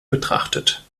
betrachtet